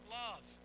love